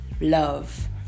love